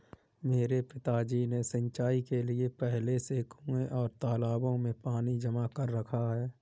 मेरे पिताजी ने सिंचाई के लिए पहले से कुंए और तालाबों में पानी जमा कर रखा है